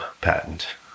patent